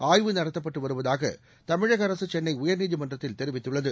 ஆய்வு நடத்தப்பட்டு வருவதாக தமிழக அரக சென்னை உயர்நீதிமன்றத்தில் தெரிவித்துள்ளது